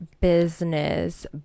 business